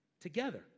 together